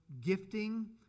gifting